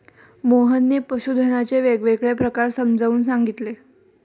मोहनने पशुधनाचे वेगवेगळे प्रकार समजावून सांगितले